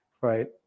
right